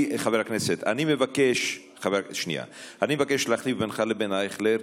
אני מבקש להחליף בינך לבין אייכלר,